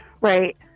Right